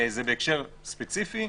זה בהקשר ספציפי.